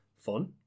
fun